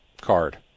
card